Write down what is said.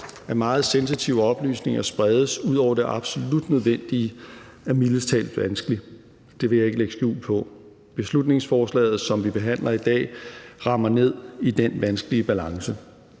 at meget sensitive oplysninger spredes ud over det absolut nødvendige, er mildest talt vanskelig; det vil jeg ikke lægge skjul på. Beslutningsforslaget, som vi behandler i dag, rammer ned i den vanskelige balance.